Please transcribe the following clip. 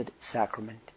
sacrament